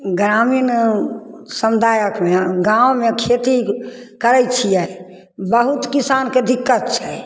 ग्रामीण समुदाय एखने गाममे खेती करै छिए बहुत किसानके दिक्कत छै